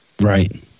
Right